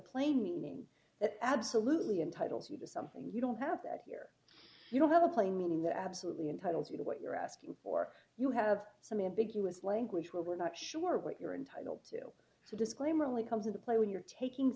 plain meaning that absolutely entitles you to something you don't have that here you don't have a plain meaning the absolutely entitles you to what you're asking or you have some ambiguous language where we're not sure what you're entitled to so disclaimer only comes into play when you're taking